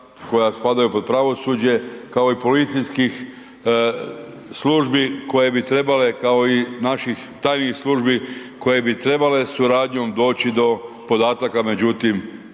koja spadaju pod pravosuđe kao i policijskih službi koje bi trebale, kao i naših tajnih službi koje bi trebale suradnjom doći do podataka međutim